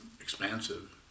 expansive